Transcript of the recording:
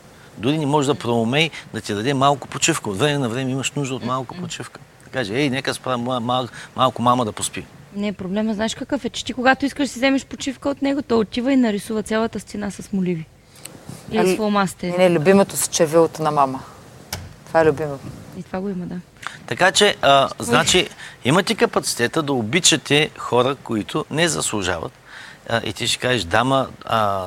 Дори не може да проумей да ти даде малко почивка. От време на време имаш нужда от малко Мхм. почивка. Да кажеш, «Ей, нека спра ма- мал- малко мама да поспи.» Не, проблема, знаеш какъв е, че ти когато искаш да си вземеш почивка от него, той отива и нарисува цялата стена с моливи. И Ами, с фломастери. не, не, любимото с червилото на мама. Това е любимо. И това го има, да. Така че, а, Ой. значи, имате капацитета да обичате хора, които не заслужават. А, и ти ще кажеш, «Дама, а,